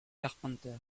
carpenter